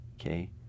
Okay